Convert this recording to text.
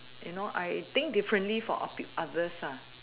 you know I think differently from o~ others lah